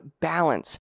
balance